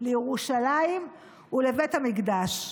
לירושלים ולבית המקדש?